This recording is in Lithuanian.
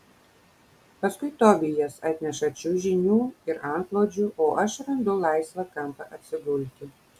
paskui tobijas atneša čiužinių ir antklodžių o aš randu laisvą kampą atsigulti